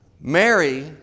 Mary